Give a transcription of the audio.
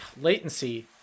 Latency